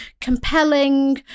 compelling